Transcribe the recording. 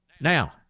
Now